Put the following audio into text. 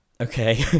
Okay